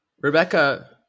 rebecca